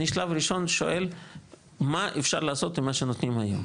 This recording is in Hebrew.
אני שלב ראשון שואל מה אפשר לעשות עם מה שנותנים היום.